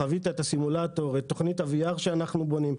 חווית את הסימולטור ואת תוכנית ה-VR שאנחנו בונים,